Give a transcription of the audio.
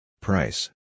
Price